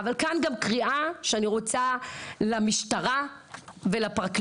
אבל, כאן גם קריאה, שאני רוצה למשטרה ולפרקליטות.